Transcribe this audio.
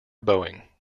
boeing